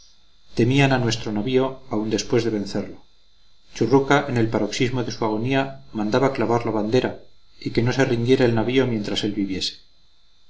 temían a nuestro navío aun después de vencerlo churruca en el paroxismo de su agonía mandaba clavar la bandera y que no se rindiera el navío mientras él viviese